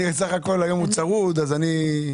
אני סך הכל היום הוא צרוד אז אני.